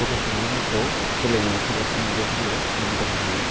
गथ' सुबुंफोरखौ गेलेनायाव थोजासे मदद होयो सुबिदा होयो